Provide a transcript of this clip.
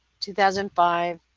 2005